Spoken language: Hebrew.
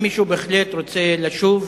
אם מישהו רוצה לשוב